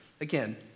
Again